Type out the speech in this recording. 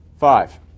Five